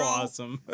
awesome